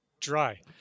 dry